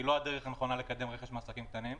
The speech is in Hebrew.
לא הדרך הנכונה לקדם רכש מעסקים קטנים.